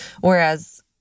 whereas